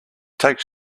take